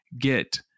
get